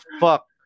fuck